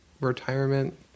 retirement